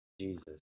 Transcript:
Jesus